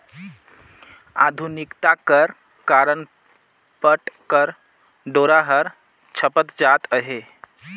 आधुनिकता कर कारन पट कर डोरा हर छपत जात अहे